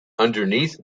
underneath